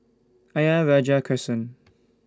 Ayer Rajah Crescent